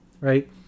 right